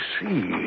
see